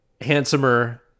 handsomer